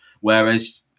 Whereas